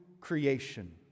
creation